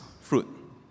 fruit